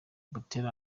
buteera